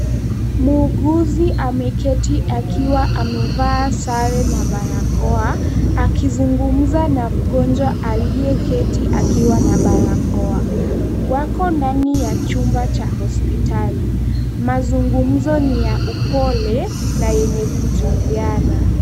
Muuguzi ameketi akiwa amevaa sare na barakoa, akizungumza na mgonjwa aliyeketi akiwa na barakoa. Wako ndani ya chumba cha hospitali, mazungumzo ni ya upole na yenye kujuliana.